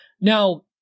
Now